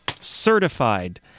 certified